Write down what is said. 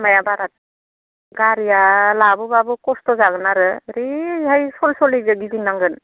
लामाया बारा गारिया लाबोबाबो खस्थ' जागोन आरो ओरैहाय सल सलिजों गिदिंनांगोन